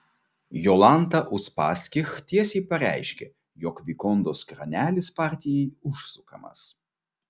jolanta uspaskich tiesiai pareiškė jog vikondos kranelis partijai užsukamas